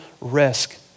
risk